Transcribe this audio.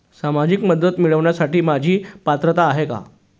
सामाजिक मदत मिळवण्यास माझी पात्रता आहे का?